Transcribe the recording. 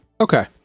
Okay